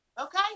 Okay